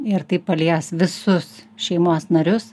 ir tai palies visus šeimos narius